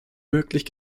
möglich